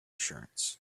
assurance